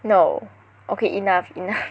no okay enough enough